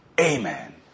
Amen